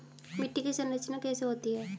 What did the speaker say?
मिट्टी की संरचना कैसे होती है?